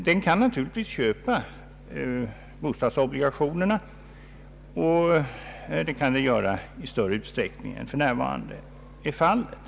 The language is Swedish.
Den kan naturligtvis köpa bostadsobligationerna, och det kan den teoretiskt göra i större utsträckning än vad som för närvarande är fallet.